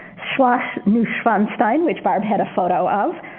schloss neuschwanstein, which barb had a photo of,